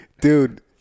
dude